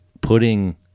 putting